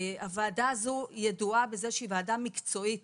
הוועדה הזו ידועה בזה שהיא ועדה מקצועית